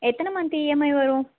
எத்தனை month EMI வரும்